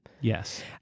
yes